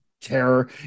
terror